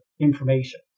information